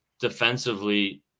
defensively